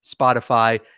Spotify